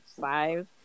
five